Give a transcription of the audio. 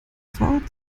fahrt